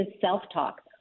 self-talk